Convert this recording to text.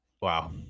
Wow